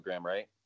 right